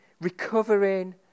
recovering